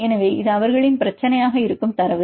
எனவே இது அவர்களின் பிரச்சினையாக இருக்கும் தரவு